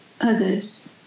others